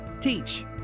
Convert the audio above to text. Teach